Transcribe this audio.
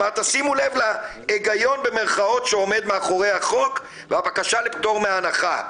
שימו לב ל"היגיון" במירכאות שעומד מאחורי החוק והבקשה לפטור מהנחה.